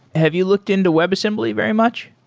have you looked into webassembly very much?